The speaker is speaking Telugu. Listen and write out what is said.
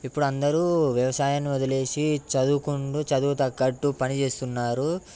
ఇప్పుడు అందరు వ్యవసాయం వదిలేసి చదువుకొండు చదువు తగ్గట్టు పని చేస్తున్నారు